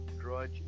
drudge